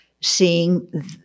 seeing